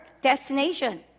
destination